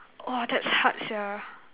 !wah! that's hard sia